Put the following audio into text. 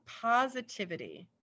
positivity